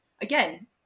again